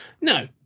No